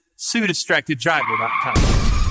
SueDistractedDriver.com